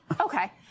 Okay